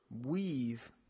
weave